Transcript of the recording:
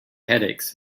headaches